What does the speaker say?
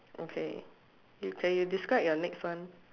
okay you okay you describe your next one